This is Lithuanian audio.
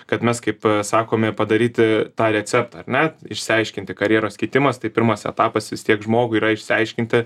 kad mes kaip sakome padaryti tą receptą ar ne išsiaiškinti karjeros keitimas tai pirmas etapas vis tiek žmogui yra išsiaiškinti